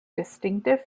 distinctive